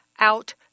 out